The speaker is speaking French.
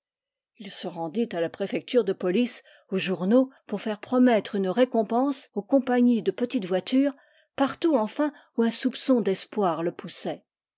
ii se rendit à la préfecture de police aux journaux pour faire promettre une récompense aux compagnies de petites voitures partout enfin où un soupçon d'espoir le poussait